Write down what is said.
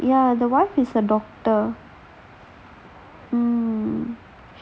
ya the wife is a doctor mmhmm